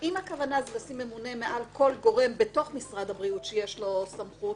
אם הכוונה לשים ממונה מעל כל גורם בתוך משרד הבריאות שיש לו סמכות,